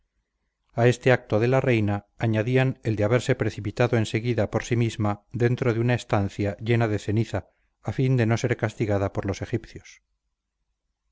a este acto de la reina añadían el de haberse precipitado en seguida por sí misma dentro de una estancia llena de ceniza a fin de no ser castigada por los egipcios